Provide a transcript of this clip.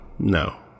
No